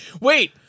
Wait